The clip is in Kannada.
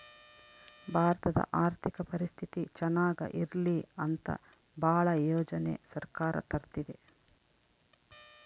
ಭಾರತದ ಆರ್ಥಿಕ ಪರಿಸ್ಥಿತಿ ಚನಾಗ ಇರ್ಲಿ ಅಂತ ಭಾಳ ಯೋಜನೆ ಸರ್ಕಾರ ತರ್ತಿದೆ